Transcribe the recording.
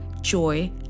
joy